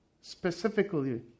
Specifically